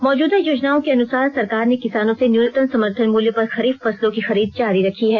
मौजूदा योजनाओं के अनुसार सरकार ने किसानों से न्यूनतम समर्थन मूल्य पर खरीफ फसलों की खरीद जारी रखी है